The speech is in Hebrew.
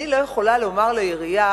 אני לא יכולה לומר לעירייה: